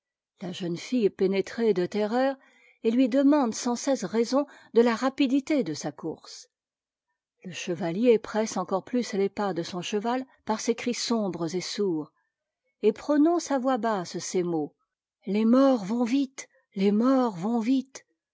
la jeune fille est pénétrée de terreur et lui demande sans cesse raison de la rapidité de sa course le chevalier presse encore plus les pas de son cheval par ses cris sombres et sourds et prononce à voix basse ces mots les morts vont vite les morts vont vite